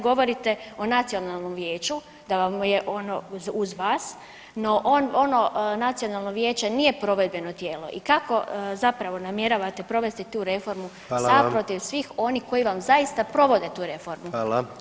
Govorite o Nacionalnom vijeću da vam je ono uz vas, no ono Nacionalno vijeće nije provedbeno tijelo i kako zapravo namjeravate provesti tu reformu sam [[Upadica: Hvala vam.]] protiv svih onih koji vam zaista provode tu reformu?